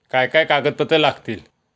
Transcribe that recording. काय काय कागदपत्रा लागतील?